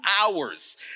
hours